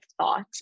thoughts